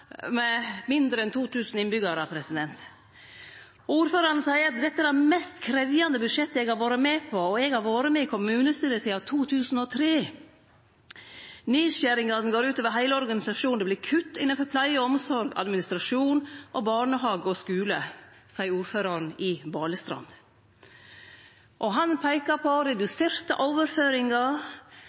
med mindre enn 2 000 innbyggjarar. Ordføraren seier: «Dette er det mest krevjande budsjettet eg har vore med på, og eg har vore med i kommunestyret sidan 2003. Nedskjeringane går ut over heile organisasjonen. Det blir kutt innanfor pleie og omsorg, administrasjonen og barnehage og skule.» Han peikar på reduserte overføringar,